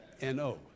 N-O